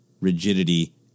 rigidity